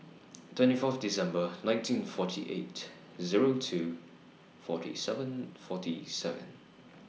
twenty Fourth December nineteen forty eight Zero two forty seven forty seven